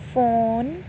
phone